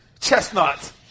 Chestnut